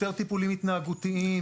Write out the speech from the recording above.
יותר טיפולים התנהגותיים,